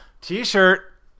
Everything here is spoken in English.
t-shirt